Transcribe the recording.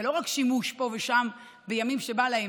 זה לא רק שימוש פה ושם בימים שבא להם,